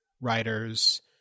writers